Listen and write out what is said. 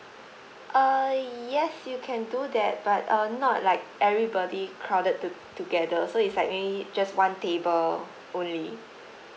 err yes you can do that but uh not like everybody crowded tog~ together so it's like maybe just one table only